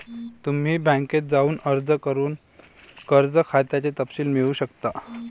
तुम्ही बँकेत जाऊन अर्ज करून कर्ज खात्याचे तपशील मिळवू शकता